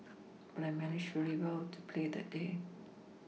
but I managed very well to play that day